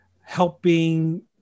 helping